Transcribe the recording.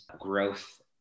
growth